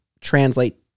translate